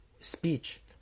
speech